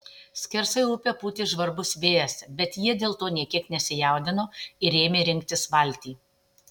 skersai upę pūtė žvarbus vėjas bet jie dėl to nė kiek nesijaudino ir ėmė rinktis valtį